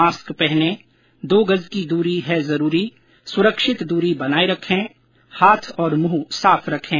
mask पहनें दो गज की दूरी है जरूरी सुरक्षित दूरी बनाए रखें हाथ और मुंह साफ रखें